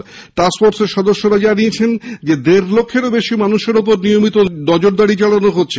বৈঠকের পর টাস্ক ফোর্সের সদস্যরা জানিয়েছেন দেড় লক্ষের বেশি মানুষের ওপর নিয়মিত নজরদারি চালানো হচ্ছে